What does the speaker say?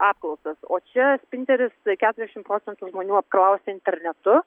apklausas o čia spinteris tai keturiasdešimt procentų žmonių apklausia internetu